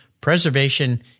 Preservation